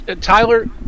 Tyler